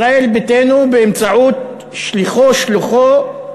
ישראל ביתנו באמצעות שליחו-שלוחו,